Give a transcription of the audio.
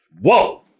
Whoa